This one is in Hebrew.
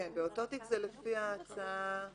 יכול